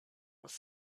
was